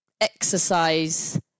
exercise